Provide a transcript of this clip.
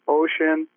ocean